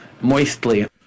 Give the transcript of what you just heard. moistly